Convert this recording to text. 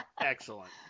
Excellent